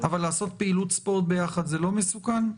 אבל לעשות פעילות ספורט ביחד זה לא מסוכן?